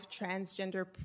transgender